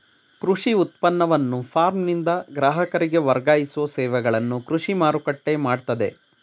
ಕೃಷಿ ಉತ್ಪನ್ನವನ್ನ ಫಾರ್ಮ್ನಿಂದ ಗ್ರಾಹಕರಿಗೆ ವರ್ಗಾಯಿಸೋ ಸೇವೆಗಳನ್ನು ಕೃಷಿ ಮಾರುಕಟ್ಟೆ ಮಾಡ್ತದೆ